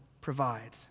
provide